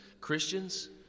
Christians